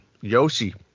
Yoshi